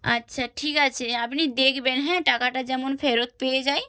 আচ্ছা ঠিক আছে আপনি দেখবেন হ্যাঁ টাকাটা যেমন ফেরত পেয়ে যাই